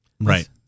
Right